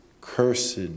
cursed